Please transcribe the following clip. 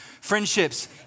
friendships